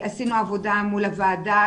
עשינו עבודה מול הוועדה,